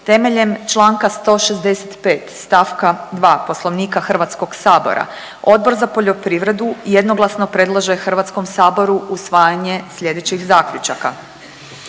temeljem članka 165. stavka 2. Poslovnika Hrvatskog sabora Odbor za poljoprivredu jednoglasno predlaže Hrvatskom saboru usvajanje sljedećih zaključaka: